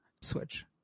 Switch